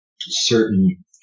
certain